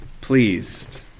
pleased